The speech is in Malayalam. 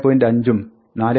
5 ഉം 4